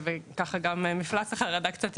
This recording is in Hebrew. מה שהוריד קצת את מפלס החרדה,